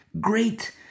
great